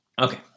Okay